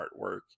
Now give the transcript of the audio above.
artwork